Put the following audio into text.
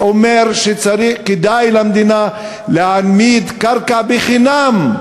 מה שאומר שכדאי למדינה להעמיד קרקע חינם,